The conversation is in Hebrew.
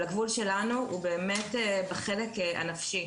אבל הגבול שלנו הוא בחלק הנפשי.